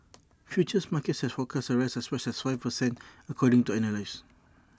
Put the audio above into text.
futures markets had forecast A rise of as much as five per cent according to analysts